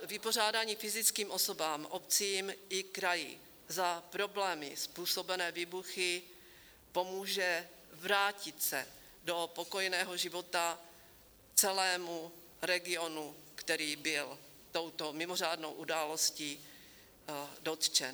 Vypořádání fyzickým osobám, obcím i kraji za problémy způsobené výbuchy pomůže vrátit se do pokojného života celému regionu, který byl touto mimořádnou událostí dotčen.